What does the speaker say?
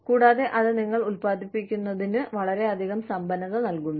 കൂടാതെ അത് നിങ്ങൾ ഉൽപ്പാദിപ്പിക്കുന്നതിന് വളരെയധികം സമ്പന്നത നൽകുന്നു